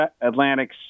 Atlantic